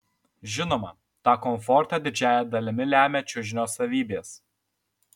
žinoma tą komfortą didžiąja dalimi lemia čiužinio savybės